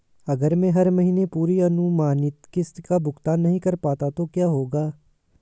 अगर मैं हर महीने पूरी अनुमानित किश्त का भुगतान नहीं कर पाता तो क्या होगा?